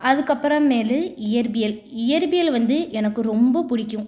அதுக்கு அப்புறம் மேலே இயற்பியல் இயற்பியல் வந்து எனக்கு ரொம்ப பிடிக்கும்